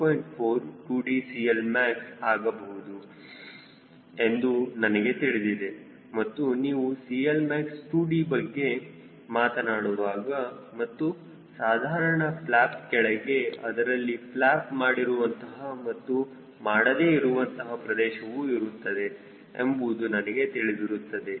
4 2D CLmax ಆಗಬಹುದು ಎಂದು ನನಗೆ ತಿಳಿದಿದೆ ಮತ್ತು ನೀವು CLmax 2D ಬಗ್ಗೆ ಮಾತನಾಡುವಾಗ ಮತ್ತು ಸಾಧಾರಣ ಫ್ಲ್ಯಾಪ್ ಕೆಳಗೆ ಅದರಲ್ಲಿ ಫ್ಲ್ಯಾಪ್ ಮಾಡಿರುವಂತಹ ಮತ್ತು ಮಾಡದೇ ಇರುವಂತಹ ಪ್ರದೇಶವು ಇರುತ್ತದೆ ಎಂಬುದು ನನಗೆ ತಿಳಿದಿರುತ್ತದೆ